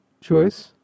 choice